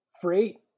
freight